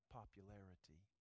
popularity